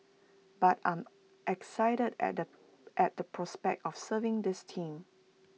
but I'm excited at the at the prospect of serving this team